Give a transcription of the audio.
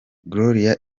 gloria